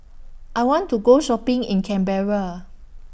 I want to Go Shopping in Canberra